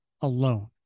Alone